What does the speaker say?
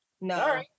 No